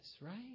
right